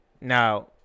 Now